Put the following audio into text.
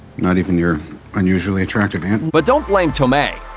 not even your unusually attractive aunt. but don't blame tomei.